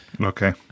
Okay